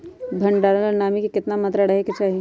भंडारण ला नामी के केतना मात्रा राहेके चाही?